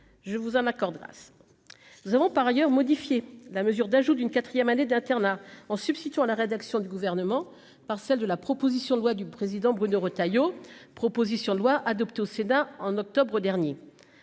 je vous en accordera nous avons par ailleurs modifier la mesure d'ajout d'une 4ème année d'internat en substituant à la rédaction du gouvernement par celle de la proposition de loi du président, Bruno Retailleau, proposition de loi adoptée au Sénat en octobre dernier,